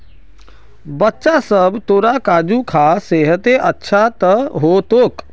बच्चा सब, तोरा काजू खा सेहत अच्छा रह तोक